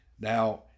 Now